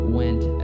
went